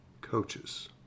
coaches